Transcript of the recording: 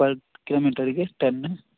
per ಕಿಲೋ ಮೀಟರಿಗೆ ten